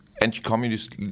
anti-communist